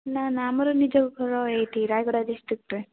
ନାଁ ନାଁ ଆମର ନିଜ ଘର ଏଇଠି ରାୟଗଡ଼ା ଡିଷ୍ଟ୍ରିକ୍ଟରେ